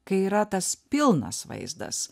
kai yra tas pilnas vaizdas